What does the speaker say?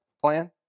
plan